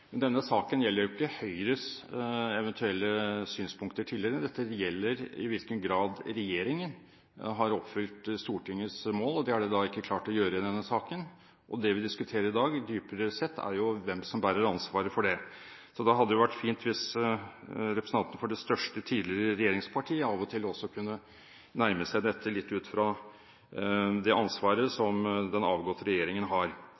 Denne saken gjelder ikke Høyres eventuelle synspunkter tidligere. Dette gjelder i hvilken grad regjeringen har oppfylt Stortingets mål. Det har den ikke klart å gjøre i denne saken. Det vi diskuterer i dag, dypere sett, er hvem som bærer ansvaret for det. Da hadde det vært fint hvis representanten for det største tidligere regjeringspartiet av og til også kunne nærme seg dette litt ut fra det ansvaret som den avgåtte regjeringen har.